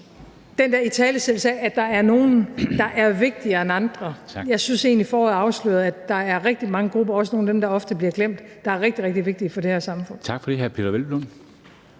den der italesættelse af, at der er nogen, der er vigtigere end andre, synes jeg egentlig, at det i foråret blev afsløret, at der er rigtig mange grupper, også nogle af dem, der ofte bliver glemt, der er rigtig, rigtig vigtige for det her samfund. Kl. 23:11 Formanden (Henrik